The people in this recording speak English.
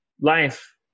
life